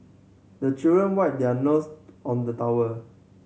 the children wipe their nose on the towel